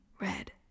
red